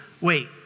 Wait